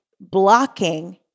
blocking